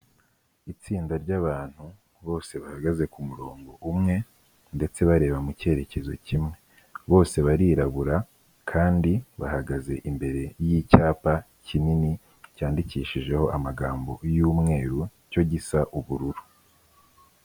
Itsinda ry'abantu, bose bahagaze ku murongo umwe, ndetse bareba mu cyerekezo kimwe. Bose barirabura kandi bahagaze imbere y'icyapa kinini, cyandikishijeho amagambo y'umweru cyo gisa ubururu.